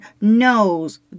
knows